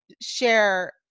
share